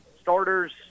starters